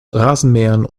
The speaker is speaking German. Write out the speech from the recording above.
rasenmähern